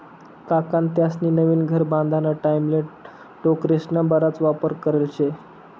काकान त्यास्नी नवीन घर बांधाना टाईमले टोकरेस्ना बराच वापर करेल शे